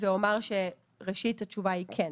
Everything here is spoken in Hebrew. ואומר שראשית התשובה היא כן.